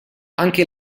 anche